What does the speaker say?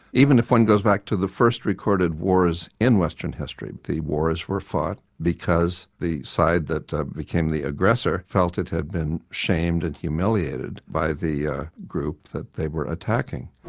even if one goes back to the first recorded wars in western history but the wars were fought because the side that became the aggressor felt it had been shamed and humiliated by the ah group that they were attacking.